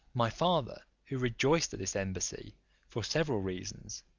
my father, who rejoiced at this embassy for several reasons,